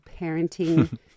parenting